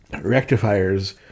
rectifiers